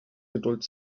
geduld